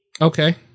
Okay